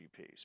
GPs